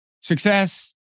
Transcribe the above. success